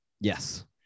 yes